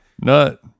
Nut